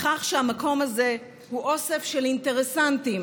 לכך שהמקום הזה הוא אוסף של אינטרסנטים